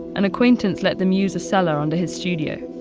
an acquaintance let them use a cellar under his studio.